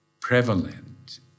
prevalent